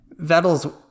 Vettel's